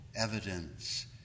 evidence